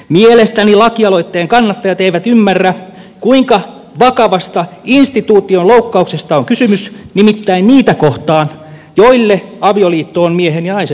mielestäni lakialoitteen kannattajat eivät ymmärrä kuinka vakavasta instituution loukkauksesta on kysymys nimittäin niitä kohtaan joille avioliitto on miehen ja naisen välinen